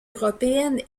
européenne